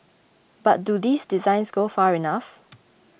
but do these designs go far enough